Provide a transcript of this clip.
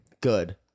good